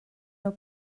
nhw